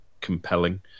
compelling